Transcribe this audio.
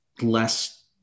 less